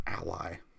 ally